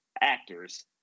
actors